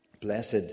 blessed